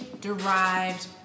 derived